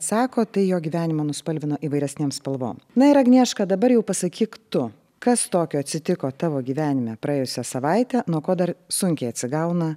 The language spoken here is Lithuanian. sako tai jo gyvenimą nuspalvino įvairesnėm spalvom na ir agnieška dabar jau pasakyk tu kas tokio atsitiko tavo gyvenime praėjusią savaitę nuo ko dar sunkiai atsigauna